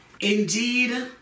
Indeed